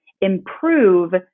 improve